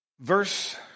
Verse